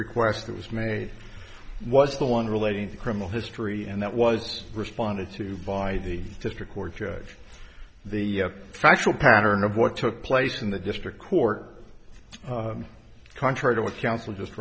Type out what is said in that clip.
request that was made was the one relating to criminal history and that was responded to by the district court judge the factual pattern of what took place in the district court contrary to what counsel just